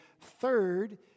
third